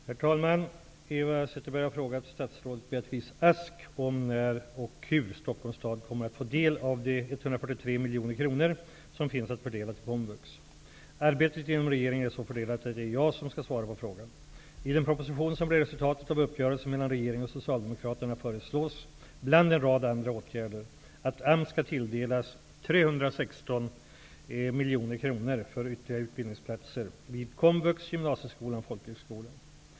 Herr talman! Eva Zetterberg har frågat statsrådet Beatrice Ask när och hur Stockholms stad kommer att få del av de 143 miljoner kronor som finns att fördela till komvux. Arbetet inom regeringen är så fördelat att det är jag som skall svara på frågan. Socialdemokraterna föreslås, bland en rad andra åtgärder, att AMS skall tilldelas 316 miljoner kronor för ytterligare utbildningsinsatser vid komvux, gymnasieskolan och folkhögskolan.